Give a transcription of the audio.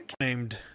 ...named